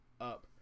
up